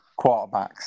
Quarterbacks